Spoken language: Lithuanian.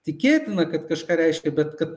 tikėtina kad kažką reiškia bet kad